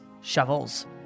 shovels